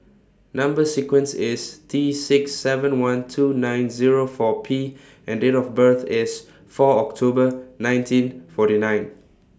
Number sequence IS T six seven one two nine Zero four P and Date of birth IS four October nineteen forty nine